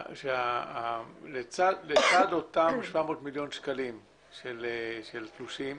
לצד אותם 700 מיליון שקלים של תלושים